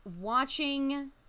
watching